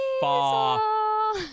far